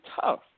tough